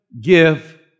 give